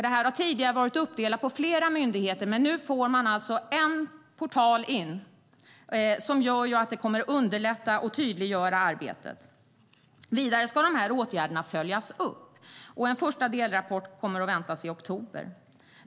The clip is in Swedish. Det här har tidigare varit uppdelat på flera myndigheter, men nu blir det en portal in. Det kommer att underlätta och tydliggöra arbetet. Vidare ska åtgärderna följas upp. En första delrapport väntas i oktober.